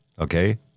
Okay